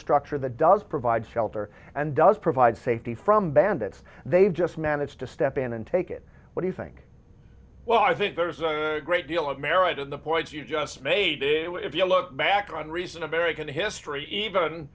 structure the does provide shelter and does provide safety from bandits they've just managed to step in and take it what do you think well i think there's a great deal of merit in the points you just made if you look back on recent american history even